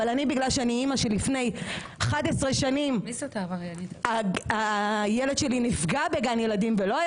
אבל גם על גננות עם תואר בגני עירייה יש תלונות ולנו אין